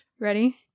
Ready